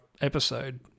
episode